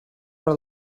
per